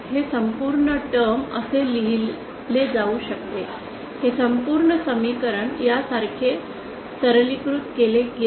हे संपूर्ण टर्म असे लिहिले जाऊ शकते हे संपूर्ण समीकरण यासारखे सरलीकृत केले गेले